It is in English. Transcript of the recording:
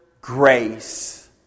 grace